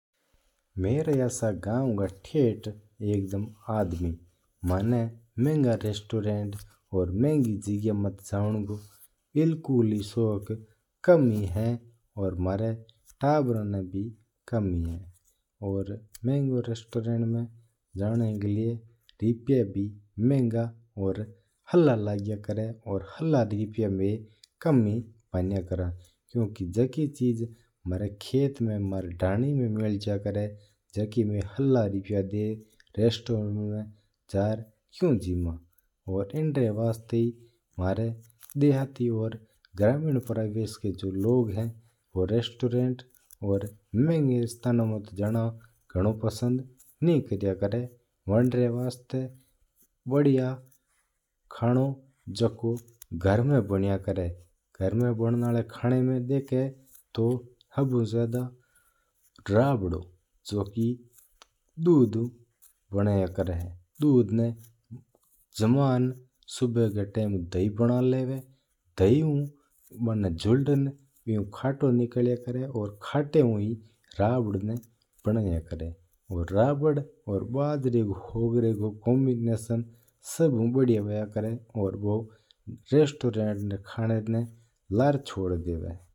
म्हारे जैसा गाँव का एक ठेठ आदमी मना महंगा रेस्टोरेंट और महंगा जगह माता जावना कू इत्तो शॉक कोनी। और म्हारा ताबर ना भी कम ही है। और महंगा रेस्टोरेंट में जावन वास्ता भी रुपया भी चावा है और हल्ला लग्या करा है और हल्ला रेप्या मा मन्या करा हा। और झाँकी चीज म्हारा खेत में म्हारा धाणी में मिल जवा है जका का में हाला रेप्या देंन कोन खर्च करा रेस्टोरेंट में जण। और इन वास्ता ही जो म्हारा ग्रामीण परिवेश का लोग है रेस्टोरेंट और मेहंगी मेहंगी जगह जावनो ज्यादो पसंद तो करा ही कोनी। वानरा वास्ता जको खानो घर में बण्यो करा है और घर में ही एंजॉय करा।